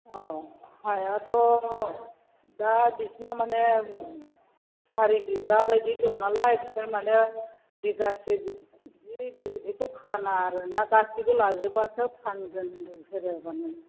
औ हायाथ' दा बिसोरना माने सारि बिगा बायदि दं नालाय बिसोर माने बिगासे बिदिखौ फाना आरो ना गासैबो लाजोबबासो फानगोन होन्दों बिसोरो माने